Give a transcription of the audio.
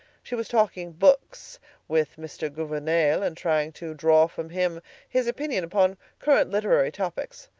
she was talking books with mr. gouvernail and trying to draw from him his opinion upon current literary topics.